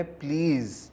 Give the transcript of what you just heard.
please